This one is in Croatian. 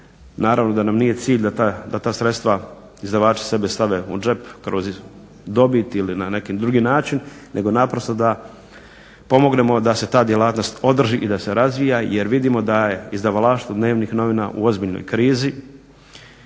naravno da nam nije cilj da ta sredstva izdavači sebi stave u džep kroz dobit ili na neki drugi način nego naprosto da pomognemo da se ta djelatnost održi i da se razvija jer vidimo da je izdavalaštvo dnevnih novina u ozbiljnoj krizi.